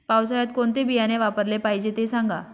पावसाळ्यात कोणते बियाणे वापरले पाहिजे ते सांगा